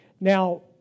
Now